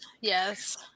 Yes